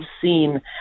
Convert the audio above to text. seen